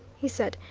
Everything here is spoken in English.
he said,